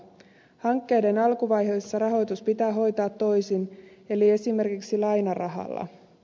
hankkeiden alkuvaiheessa rahoitus pitää hoitaa toisin eli esimerkiksi lainarahalla